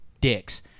dicks